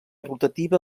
rotativa